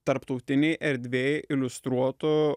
tarptautinėj erdvėj iliustruotų